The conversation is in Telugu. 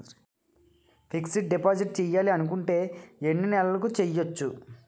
ఫిక్సడ్ డిపాజిట్ చేయాలి అనుకుంటే ఎన్నే నెలలకు చేయొచ్చు?